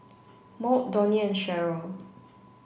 Maud Donnie and Cheryl